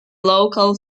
local